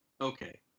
okay